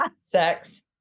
Sex